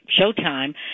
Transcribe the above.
Showtime